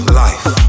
life